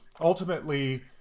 ultimately